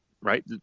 right